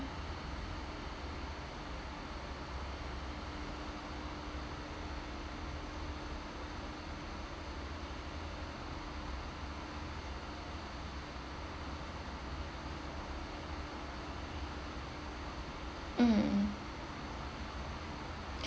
mm mm